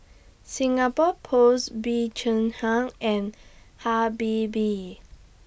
Singapore Post Bee Cheng Hiang and Habibie